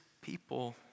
people